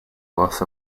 loss